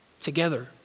together